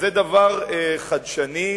שזה דבר חדשני,